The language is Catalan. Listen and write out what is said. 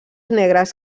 negres